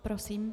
Prosím.